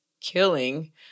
killing